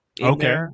Okay